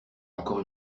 encore